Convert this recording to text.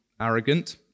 arrogant